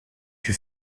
que